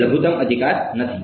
તે લઘુત્તમ અધિકાર નથી